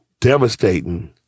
devastating